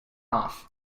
off